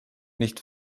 nicht